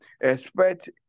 expect